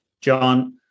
John